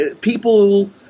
people